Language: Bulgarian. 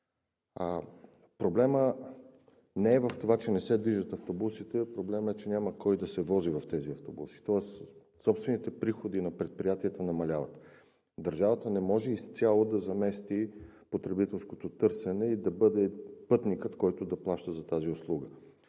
Проблемът не е в това, че не се движат автобусите, а проблемът е, че няма кой да се вози в тези автобуси. Тоест собствените приходи на предприятията намаляват. Държавата не може изцяло да замести потребителското търсене и да бъде пътникът, който да плаща за тази услуга.